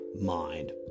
mind